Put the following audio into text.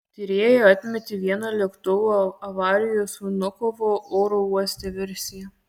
tyrėjai atmetė vieną lėktuvo avarijos vnukovo oro uoste versiją